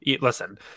Listen